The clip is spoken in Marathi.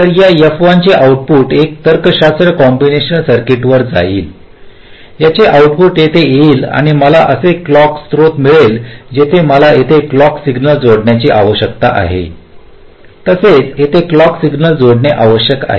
तर या F1 चे आउटपुट एकत्रित तर्कशास्त्र कॉम्बीनेशनल सर्किटवर जाईल याचे आऊटपुट येथे येईल आणि मला असे क्लॉक स्त्रोत मिळेल जिथे मला येथे क्लॉक सिग्नल जोडण्याची आवश्यकता आहे तसेच येथे क्लॉक सिग्नल जोडणे आवश्यक आहे